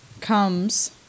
comes